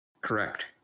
Correct